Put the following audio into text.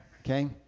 okay